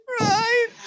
right